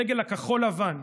הדגל הכחול-לבן,